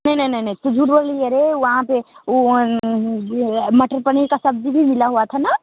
नहीं नहीं नहीं नहीं तू झूट बोल रही है रे वहाँ पे उ मटर पनीर का सब्ज़ी भी मिल हुआ था ना